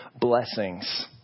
blessings